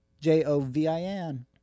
J-O-V-I-N